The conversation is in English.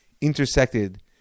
intersected